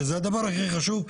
שזה הדבר הכי חשוב,